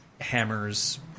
hammers